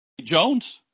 Jones